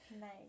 Nice